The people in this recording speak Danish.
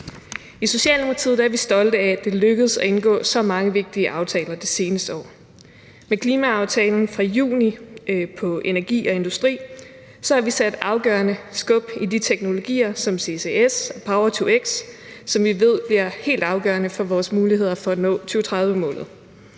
I Socialdemokratiet er vi stolte af, at det lykkedes at indgå så mange vigtige aftaler det seneste år. Med klimaaftalen fra juni på energi og industri har vi sat afgørende skub i teknologier som CCS og power-to-x, som vi ved bliver helt afgørende for vores muligheder for at nå 2030-målet,